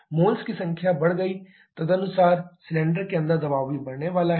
moles की संख्या बढ़ गई तदनुसार सिलेंडर के अंदर दबाव भी बढ़ने वाला है